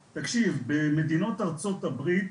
במדינות ארצות הברית